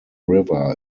river